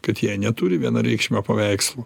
kad jie neturi vienareikšmio paveikslo